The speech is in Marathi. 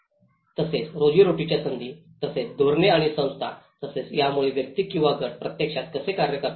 तसेच रोजीरोटीच्या संधी तसेच धोरणे आणि संस्था तसेच यामुळे व्यक्ती किंवा गट प्रत्यक्षात कसे कार्य करतात